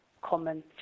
common